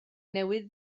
newydd